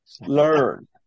Learn